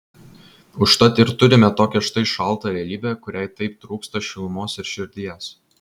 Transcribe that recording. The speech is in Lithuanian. užtat ir turime tokią štai šaltą realybę kuriai taip trūksta šilumos ir širdies